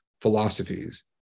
philosophies